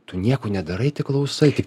tu nieko nedarai tik klausai tik